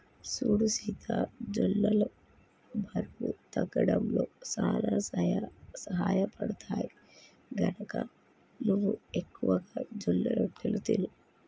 సూడు సీత జొన్నలు బరువు తగ్గడంలో సానా సహయపడుతాయి, గనక నువ్వు ఎక్కువగా జొన్నరొట్టెలు తిను